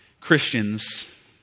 Christians